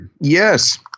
Yes